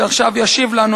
שעכשיו ישיב לנו,